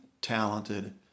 talented